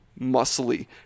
muscly